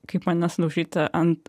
kaip man nesudaužyti ant